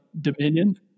Dominion